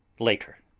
later.